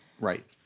Right